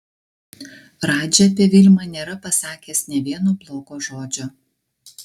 radži apie vilmą nėra pasakęs nė vieno blogo žodžio